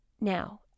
Now